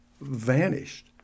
vanished